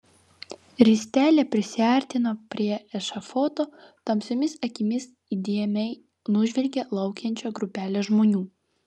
ristele prisiartino prie ešafoto tamsiomis akimis įdėmiai nužvelgė laukiančią grupelę žmonių